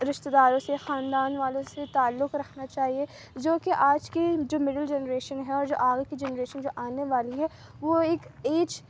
رشتہ داروں سے خاندان والوں سے تعلق رکھنا چاہیے جوکہ آج کی جو مڈل جنریشن ہے جو آگے کی جنریشن جو آنے والی ہے وہ ایک ایج